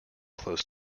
close